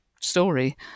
story